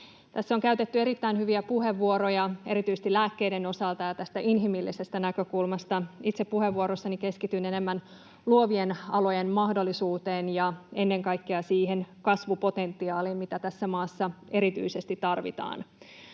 Tässä on käytetty erittäin hyviä puheenvuoroja erityisesti lääkkeiden osalta ja inhimillisestä näkökulmasta. Itse puheenvuorossani keskityn enemmän luovien alojen mahdollisuuteen ja ennen kaikkea siihen kasvupotentiaaliin, mitä tässä maassa erityisesti tarvitaan.